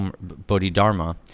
Bodhidharma